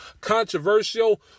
controversial